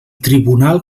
tribunal